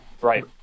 Right